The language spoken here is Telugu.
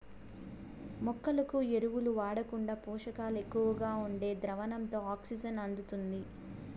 మొక్కలకు ఎరువులు వాడకుండా పోషకాలు ఎక్కువగా ఉండే ద్రావణంతో ఆక్సిజన్ అందుతుంది